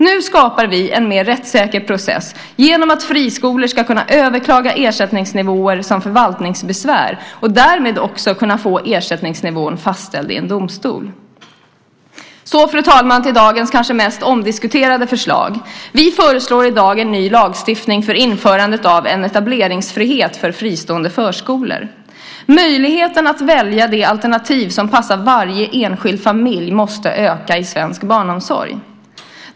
Nu skapar vi en mer rättssäker process genom att friskolor ska kunna överklaga ersättningsnivåer som förvaltningsbesvär och därmed kunna få ersättningsnivån fastställd av domstol. Fru talman! Så till dagens kanske mest omdiskuterade förslag. Vi föreslår i dag en ny lagstiftning för införandet av en etableringsfrihet för fristående förskolor. Möjligheten att välja det alternativ som passar varje enskild familj måste öka i svensk barnomsorg.